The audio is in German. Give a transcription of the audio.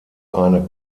eine